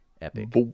epic